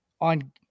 on